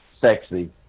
sexy